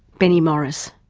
benny morris.